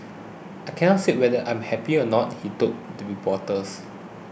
I cannot say whether I'm happy or not he told the reporters